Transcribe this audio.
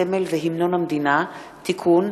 הסמל והמנון המדינה (תיקון,